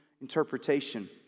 interpretation